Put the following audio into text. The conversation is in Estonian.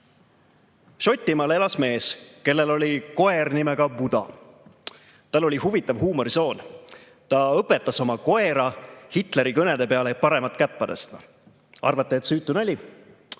Šotimaal elas mees, kellel oli koer nimega Buda. Mehel oli huvitav huumorisoon, ta õpetas oma koera Hitleri kõnede peale paremat käppa tõstma. Arvate, et süütu nali.